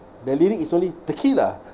the lyric is only tequila